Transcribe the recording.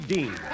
Dean